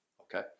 okay